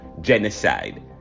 genocide